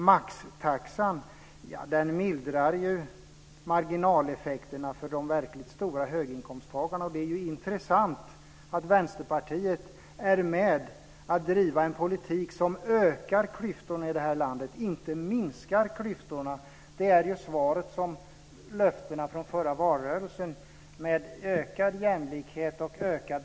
Maxtaxan mildrar marginaleffekterna för dem med de verkligt höga inkomsterna. Det är intressant att Vänsterpartiet är med om att driva en politik som ökar klyftorna i landet i stället för att minska dem. Ökad jämlikhet och ökad rättvisa är löften från förra valrörelsen, men det har blivit tvärtom.